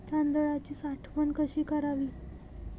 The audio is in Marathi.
तांदळाची साठवण कशी करावी?